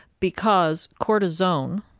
because cortisone,